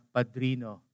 Padrino